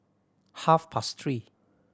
half past three